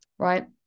Right